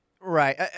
Right